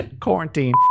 quarantine